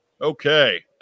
Okay